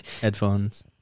headphones